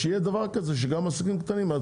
שיהיה דבר כזה, גם לעסקים קטנים.